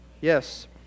Yes